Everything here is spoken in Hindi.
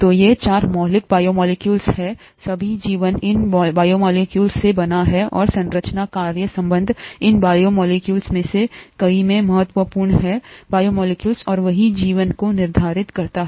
तो ये 4 मौलिक बायोमोलेक्यूल हैं सभी जीवन इन बायोमोलेक्यूलस से बना है और संरचना कार्य संबंध इन बायोमॉलिक्युलस में से कई में महत्वपूर्ण है बायोमोलेक्युलस और वही जीवन को निर्धारित करता है